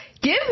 Give